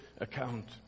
account